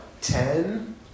Ten